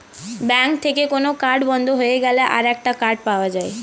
bank থেকে কোন card বন্ধ হয়ে গেলে আরেকটা কার্ড পাওয়া যায়